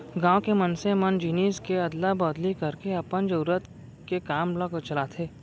गाँव के मनसे मन जिनिस के अदला बदली करके अपन जरुरत के काम ल चलाथे